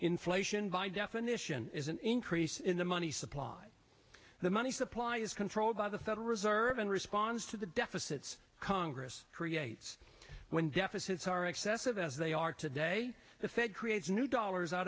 inflation by definition is an increase in the money supply the money supply is controlled by the federal reserve in response to the deficits congress creates when deficits are excessive as they are today the fed creates new dollars out